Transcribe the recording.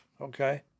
okay